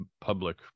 public